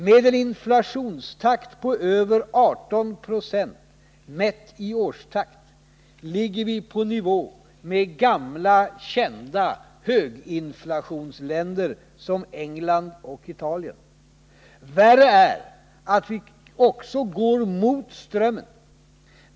Med en inflationstakt på över 18 70, mätt i årstakt, ligger vi i nivå med gamla kända höginflationsländer som England och Italien. Värre är kanske att vi också går mot strömmen.